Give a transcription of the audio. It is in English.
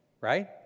right